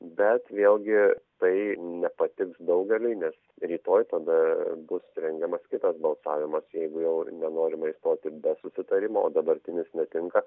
bet vėlgi tai nepatiks daugeliui nes rytoj tada bus rengiamas kitas balsavimas jeigu jau nenorima išstoti be susitarimo o dabartinis netinka